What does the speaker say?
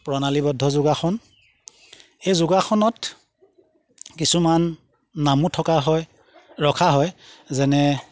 প্ৰণালীবদ্ধ যোগাসন এই যোগাসনত কিছুমান নামো থকা হয় ৰখা হয় যেনে